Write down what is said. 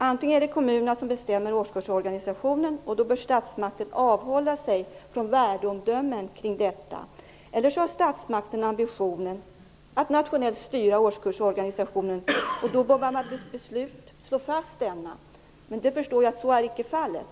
Antingen är det kommunerna som bestämmer årskursorganisationen, och då bör statsmakten avhålla sig från värdeomdömen om denna. Eller också har statsmakten ambitionen att nationellt styra årskursorganisationen, och då bör man naturligtvis slå fast denna. Men jag förstår att så icke är fallet.